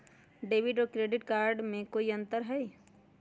Debit और credit card में कई अंतर हई?